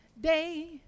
day